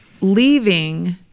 leaving